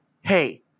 hey